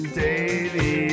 daily